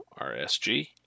RSG